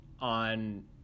on